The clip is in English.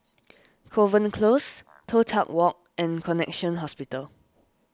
Kovan Close Toh Tuck Walk and Connexion Hospital